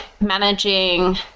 managing